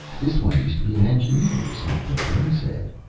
this one used to be an engineer or something, vern said.